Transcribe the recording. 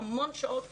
המון שעות פרונטליות.